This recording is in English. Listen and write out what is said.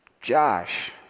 Josh